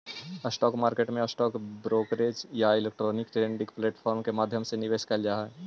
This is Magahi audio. स्टॉक मार्केट में स्टॉक ब्रोकरेज या इलेक्ट्रॉनिक ट्रेडिंग प्लेटफॉर्म के माध्यम से निवेश कैल जा हइ